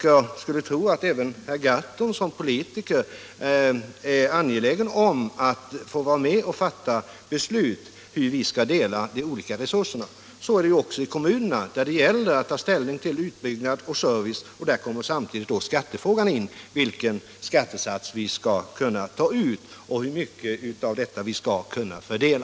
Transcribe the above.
Jag skulle tro att även herr Gahrton som politiker är angelägen om att få vara med och fatta beslut om hur vi skall dela de olika resurserna. Så är det alltså också i kommunerna, där det gäller att ta hänsyn till utbyggnad och service. Där kommer samtidigt skattefrågan in. Det gäller vilken skattesats vi skall ta ut och hur mycket av dessa medel vi skall kunna fördela.